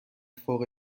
فوق